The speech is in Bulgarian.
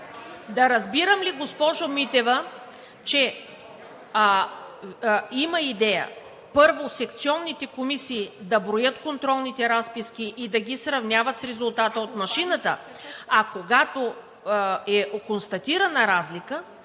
да разбирам ли, че има идея първо секционните комисии да броят контролните разписки и да ги сравняват с резултата от машината, а когато е констатирана разлика,